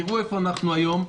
תראו איפה אנחנו היום,